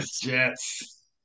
jets